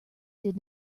did